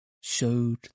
showed